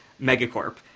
megacorp